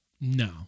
no